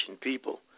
people